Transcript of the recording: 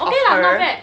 of her